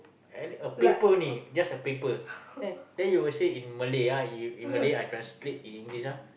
at least a paper only just a paper then then you will say in Malay ah in Malay I transcript in English ah